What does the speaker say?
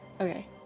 Okay